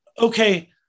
okay